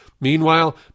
Meanwhile